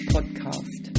Podcast